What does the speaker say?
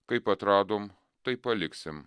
kaip atradom tai paliksim